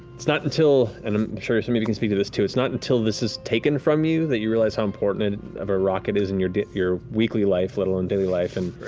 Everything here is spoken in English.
it's not until and i'm sure some of you can speak to this, too it's not until this is taken from you that you realize how important of a rock it is in your your weekly life, let alone daily life and